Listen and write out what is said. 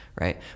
right